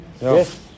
Yes